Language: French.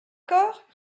corps